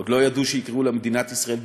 עוד לא ידעו שיקראו לה מדינת ישראל,